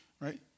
right